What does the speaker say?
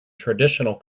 traditional